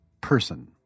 person